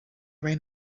reign